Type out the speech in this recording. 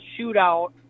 shootout